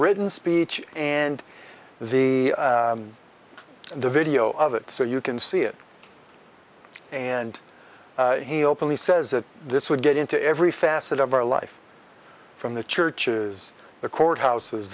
written speech and the the video of it so you can see it and he openly says that this would get into every facet of our life from the churches the courthouses